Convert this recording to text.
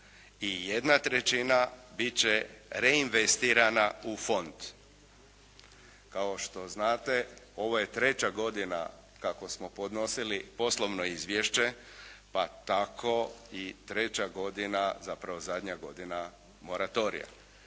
i jedna trećina biti će reinvestirana u fond. Kao što znate, ovo je treća godina kako smo podnosili poslovno izvješće pa tako i treća godina zapravo zadnja godina moratorija,